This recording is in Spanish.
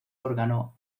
órgano